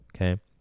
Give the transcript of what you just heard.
Okay